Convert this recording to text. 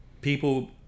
people